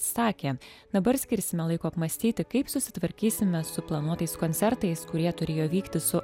sakė dabar skirsime laiko apmąstyti kaip susitvarkysime su planuotais koncertais kurie turėjo vykti su